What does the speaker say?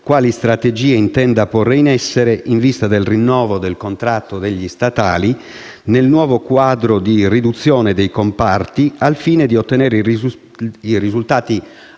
quali strategie intenda porre in essere in vista del rinnovo del contratto degli statali, nel nuovo quadro di riduzione dei comparti, al fine di ottenere i risultati auspicati